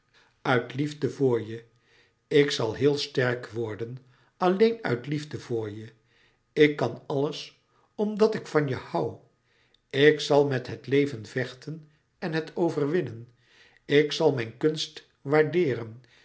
uit liefde voor je ik zal heel sterk worden alleen uit liefde voor je ik kan alles omdat ik van je hoû ik zal met het leven vechten en het overwinnen ik zal mijn kunst waardeeren